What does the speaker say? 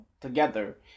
together